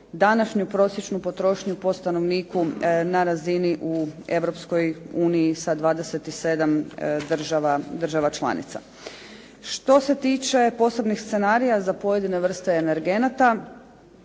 današnju prosječnu potrošnju po stanovniku na razini u Europskoj uniji sa 27 država članica. Što se tiče posebnih scenarija za pojedine vrste energenata